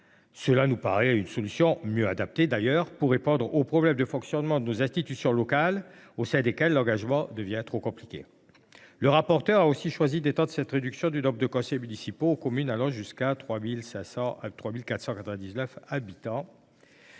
cela nous paraît d’ailleurs mieux adapté face aux problèmes de fonctionnement de nos institutions locales, au sein desquelles l’engagement devient trop compliqué. La rapporteure a aussi choisi d’étendre la réduction du nombre de conseillers municipaux aux communes comptant jusqu’à 3 499 habitants.